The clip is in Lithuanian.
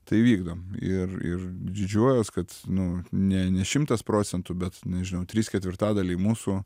tai vykdom ir ir didžiuojuos kad nu ne ne šimtas procentų bet nežinau trys ketvirtadaliai mūsų